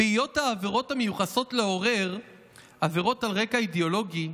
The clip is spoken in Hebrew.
"בהיות העבירות המיוחסות לעורר עבירות על רקע אידיאולוגי,